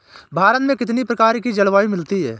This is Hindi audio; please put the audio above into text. भारत में कितनी प्रकार की जलवायु मिलती है?